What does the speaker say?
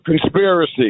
Conspiracy